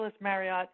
Marriott